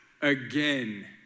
again